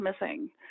missing